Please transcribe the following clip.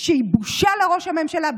שהיא בושה לראש הממשלה.